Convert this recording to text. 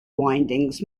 windings